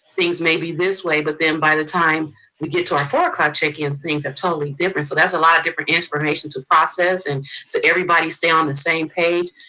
things may be this way, but then by the time we get to our four clock check ins, things are totally different. so that's a lot of different information to process. and so everybody stay on the same page.